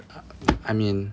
I mean